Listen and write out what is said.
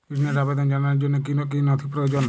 ঋনের আবেদন জানানোর জন্য কী কী নথি প্রয়োজন?